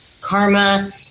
karma